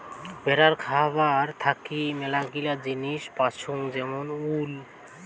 ভেড়ার খাবার থাকি মেলাগিলা জিনিস পাইচুঙ যেমন উল